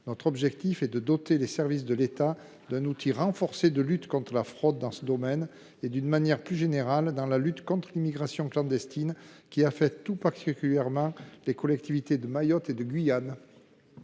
». Il s’agit de doter les services de l’État d’un outil renforcé de lutte contre la fraude en ce domaine et, d’une manière plus générale, de combattre l’immigration clandestine qui affecte tout particulièrement les collectivités de Mayotte et de Guyane.